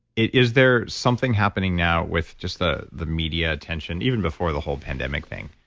is there something happening now with just the the media attention, even before the whole pandemic thing,